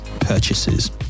purchases